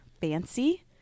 fancy